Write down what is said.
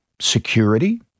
security